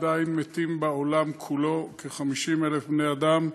עדיין מתים בעולם כולו כ-50,000 בני אדם.